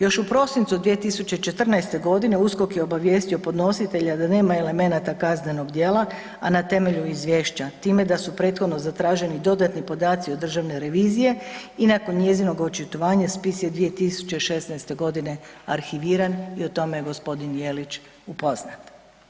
Još u prosincu 2014. godine USKOK je obavijestio podnositelja da nema elemenata kaznenog djela, a na temelju izvješća time da su prethodno zatraženi dodatni podaci od Državne revizije i nakon njezinog očitovanja, spis je 2016. g. arhiviran i o tome je g. Jelić upoznat.